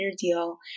Deal